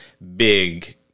Big